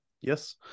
Yes